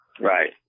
Right